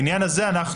בעניין הזה, שוב,